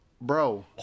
Bro